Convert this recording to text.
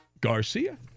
Garcia